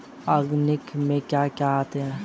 Organic में क्या क्या आता है?